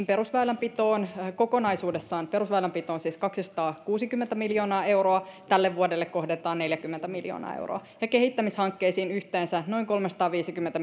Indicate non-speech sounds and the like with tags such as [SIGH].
[UNINTELLIGIBLE] perusväylänpitoon kokonaisuudessaan siis kaksisataakuusikymmentä miljoonaa euroa tälle vuodelle kohdennetaan neljäkymmentä miljoonaa euroa ja kehittämishankkeisiin yhteensä noin kolmesataaviisikymmentä [UNINTELLIGIBLE]